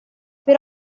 per